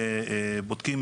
הרוב מגיע מהמזרח.